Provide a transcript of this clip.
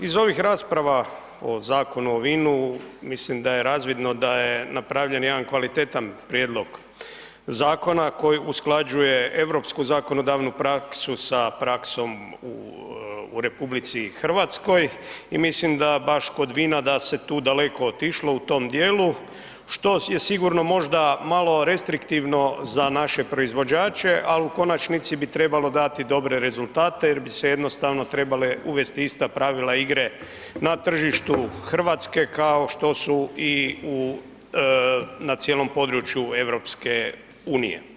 Iz ovih rasprava o Zakonu o vinu mislim da je razvidno da je napravljen jedan kvalitetan Prijedlog Zakona koji usklađuje europsku zakonodavnu praksu sa praksom u Republici Hrvatskoj, i mislim da baš kod vina, da se tu daleko otišlo u tom dijelu, što je sigurno možda malo restriktivno za naše proizvođače, al' u konačnici bi trebalo dati dobre rezultate, jer bi se jednostavno trebale uvesti ista pravila igre na tržištu Hrvatske kao što su i u, na cijelom području Europske unije.